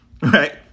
Right